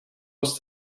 was